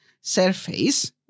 surface